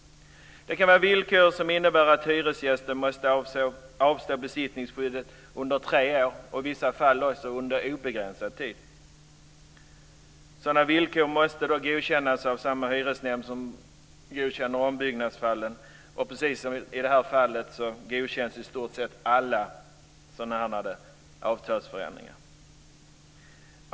Det kan vara villkor som innebär att hyresgästen måste avstå besittningsskyddet under tre år, i vissa fall under obegränsad tid. Sådana villkor måste godkännas av samma hyresnämnd som godkänner ombyggnader, och precis som i det fallet godkänns i stort sett alla sådana här avtalsförändringar.